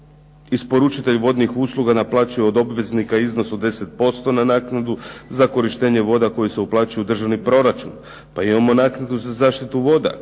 Isporučitelj vodnih usluga naplaćuje od obveznika iznos od 10% na naknadu za korištenje voda koje se uplaćuje u državni proračun. Pa imamo naknadu za zaštitu voda